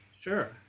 Sure